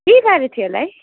के गरेथ्यो होला है